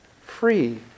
free